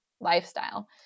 lifestyle